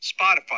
Spotify